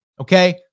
Okay